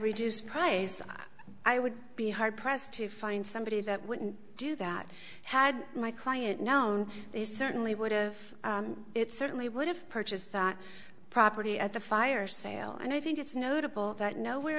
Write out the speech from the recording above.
reduced price i would be hard pressed to find somebody that wouldn't do that had my client known they certainly would of it certainly would have purchased that property at the fire sale and i think it's notable that nowhere